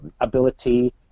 ability